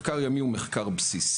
מחקר ימי הוא מחקר בסיסי,